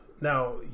Now